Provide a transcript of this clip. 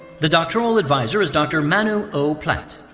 the doctoral advisor is dr. manu o. platt.